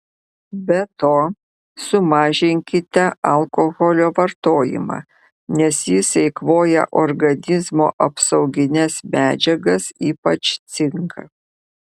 be to sumažinkite alkoholio vartojimą nes jis eikvoja organizmo apsaugines medžiagas ypač cinką